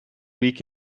week